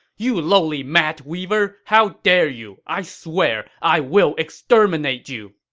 you lowly mat-weaver! how dare you! i swear i will exterminate you!